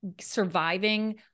surviving